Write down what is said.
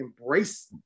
embrace